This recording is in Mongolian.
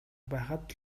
байхад